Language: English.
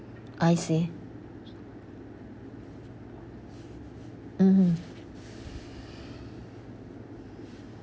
I see mmhmm